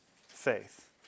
faith